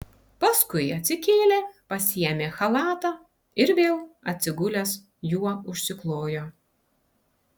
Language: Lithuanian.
paskui atsikėlė pasiėmė chalatą ir vėl atsigulęs juo užsiklojo